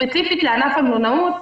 ספציפית לענף המלונאות,